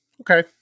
Okay